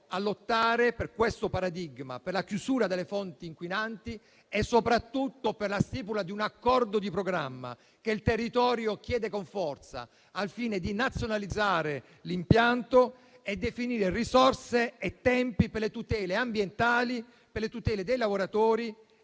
a lottare per questo paradigma, per la chiusura delle fonti inquinanti e soprattutto per la stipula di un accordo di programma, che il territorio chiede con forza al fine di nazionalizzare l'impianto e definire risorse e tempi per le tutele ambientali, dei lavoratori e